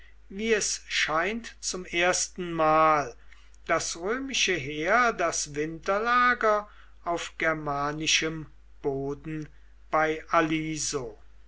nahm es scheint zum ersten mal das römische heer das winterlager auf germanischem boden bei